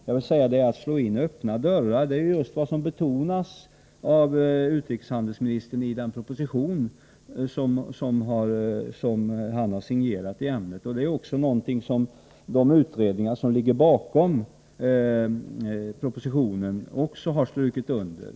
Det är ju att slå in öppna dörrar, för detta är just vad utrikeshandelsministern betonar i den proposition i ämnet som han signerat. Det är också någonting som utredningarna bakom propositionen har strukit under.